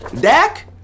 Dak